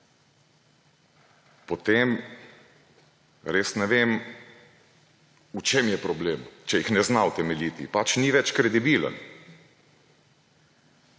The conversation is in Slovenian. potem res ne vem, v čem je problem. Če jih ne zna utemeljiti, ni več kredibilen.